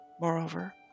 Moreover